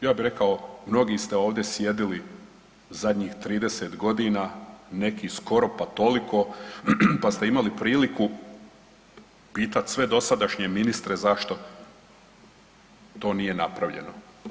Ja bi rekao mnogi ste ovdje sjedili zadnjih 30 godina, neki skoro pa toliko, pa ste imali priliku pitati sve dosadašnje ministre zašto to nije napravljeno.